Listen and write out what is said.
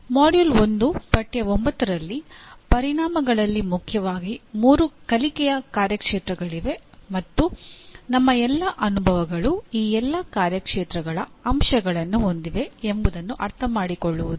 module 1 ಪಠ್ಯ 9ರಲ್ಲಿ ಪರಿಣಾಮಗಳಲ್ಲಿ ಮುಖ್ಯವಾಗಿ ಮೂರು ಕಲಿಕೆಯ ಕಾರ್ಯಕ್ಷೇತ್ರಗಳಿವೆ ಮತ್ತು ನಮ್ಮ ಎಲ್ಲಾ ಅನುಭವಗಳು ಈ ಎಲ್ಲಾ ಕಾರ್ಯಕ್ಷೇತ್ರಗಳ ಅಂಶಗಳನ್ನು ಹೊಂದಿವೆ ಎಂಬುದನ್ನು ಅರ್ಥಮಾಡಿಕೊಳ್ಳುವುದು